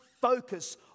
focus